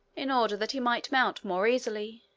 in order that he might mount more easily.